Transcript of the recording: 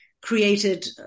created